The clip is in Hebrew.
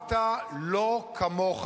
"ואהבת לו כמוך"